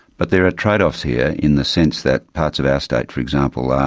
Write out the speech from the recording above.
but there are trade-offs here in the sense that parts of our state, for example,